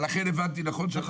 אבל אכן הבנתי נכון?